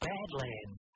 Badlands